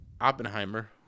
Oppenheimer